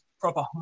proper